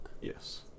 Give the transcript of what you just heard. yes